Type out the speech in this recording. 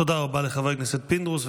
תודה רבה לחבר הכנסת פינדרוס.